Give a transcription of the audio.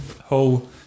whole